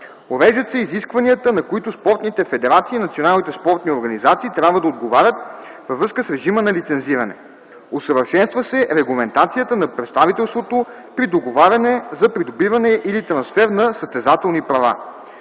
Уреждат се изискванията, на които спортните федерации и националните спортни организации трябва да отговарят във връзка с режима на лицензиране. Усъвършенства се регламентацията на представителството при договаряне за придобиване или трансфер на състезателни права.